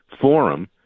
forum